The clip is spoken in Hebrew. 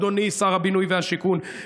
אדוני שר הבינוי והשיכון.